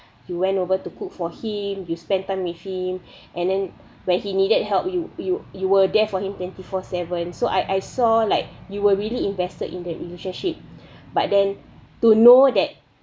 you went over to cook for him you spend time with him and then when he needed help you you you were there for him twenty four seven so I I saw like you were really invested in that relationship but then to know that